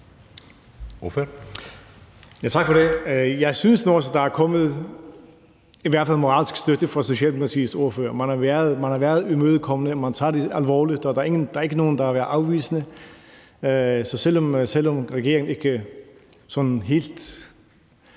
Jeg synes nu også, der er kommet i hvert fald moralsk støtte fra Socialdemokratiets ordfører. Man har været imødekommende, man tager det alvorligt, og der er ikke nogen, der har været afvisende. Så selv om regeringen sådan helt